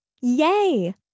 Yay